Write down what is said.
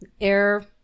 air